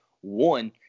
one